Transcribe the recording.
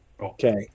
Okay